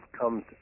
comes